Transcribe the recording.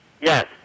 Yes